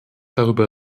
darüber